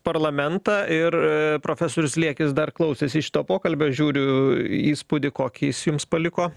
parlamentą ir profesorius liekis dar klausėsi šito pokalbio žiūriu įspūdį kokį jis jums paliko